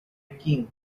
king